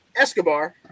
Escobar